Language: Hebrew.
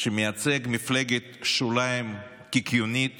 שמייצג מפלגת שוליים קיקיונית